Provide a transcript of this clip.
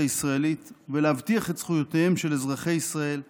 הישראלית ולהבטיח את זכויותיהם של אזרחי ישראל שהם חשודים,